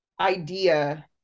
idea